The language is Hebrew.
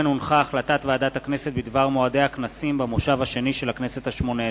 החלטת ועדת הכנסת בדבר מועדי הכנסים במושב השני של הכנסת השמונה-עשרה.